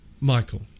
Michael